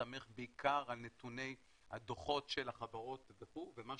להסתמך בעיקר על נתוני הדוחות של החברות וכו' ומה